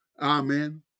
Amen